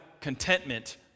contentment